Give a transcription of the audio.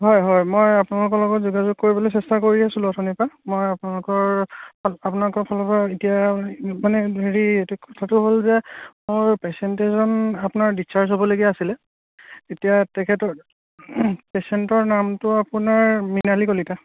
হয় হয় মই আপোনালোকৰ লগত যোগাযোগ কৰিবলৈ চেষ্টা কৰি আছিলো অথনি পৰা মই আপোনালোকৰ আপোনালোকৰ ফালৰ পৰা এতিয়া মানে হেৰি কথাটো হ'ল যে মোৰ পেচেণ্ট এজন আপোনাৰ ডিচাৰ্জ হ'বলগীয়া আছিলে এতিয়া তেখেতৰ পেচেণ্টৰ নামটো আপোনাৰ মৃণালী কলিতা